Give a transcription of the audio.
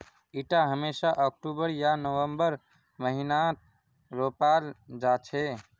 इटा हमेशा अक्टूबर या नवंबरेर महीनात रोपाल जा छे